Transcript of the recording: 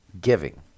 Giving